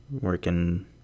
Working